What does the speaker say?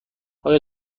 آیا